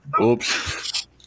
Oops